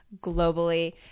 globally